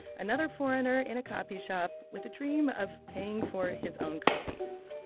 another foreigner in a copy shop with a dream of paying for his own copies